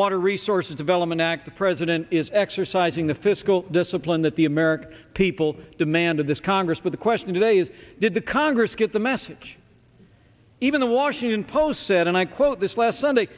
water resources development act president is exercising the fiscal discipline that the american people demand of this congress but the question today is did the congress get the message even the washington post said and i quote this last sunday